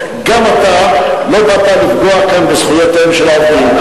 לא באת לפגוע כאן בזכויותיהם של העובדים.